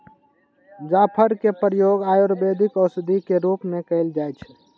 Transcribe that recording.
जाफर के प्रयोग आयुर्वेदिक औषधि के रूप में कएल जाइ छइ